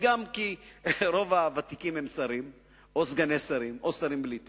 גם כי רוב הוותיקים הם שרים או סגני שרים או שרים בלי תיק,